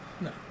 No